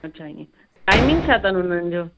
अच्छा ईअं टाइमिंग छा अथनि हुननि जो